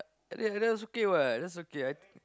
that that's okay what that's okay